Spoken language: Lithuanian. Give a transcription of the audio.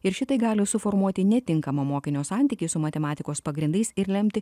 ir šitai gali suformuoti netinkamą mokinio santykį su matematikos pagrindais ir lemti